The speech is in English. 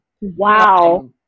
Wow